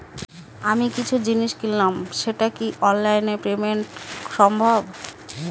আমি কিছু জিনিস কিনলাম টা কি অনলাইন এ পেমেন্ট সম্বভ?